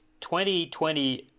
2020